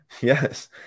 Yes